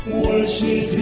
worship